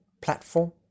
platform